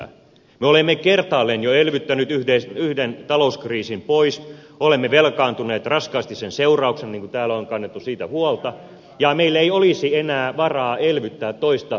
me olemme kertaalleen jo elvyttäneet yhden talouskriisin pois olemme velkaantuneet raskaasti sen seurauksena mistä täällä on kannettu huolta ja meillä ei olisi enää varaa elvyttää toista talouskriisiä pois